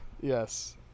Yes